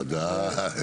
בוודאי.